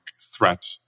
threat